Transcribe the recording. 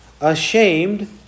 ashamed